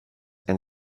and